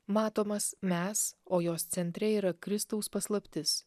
matomas mes o jos centre yra kristaus paslaptis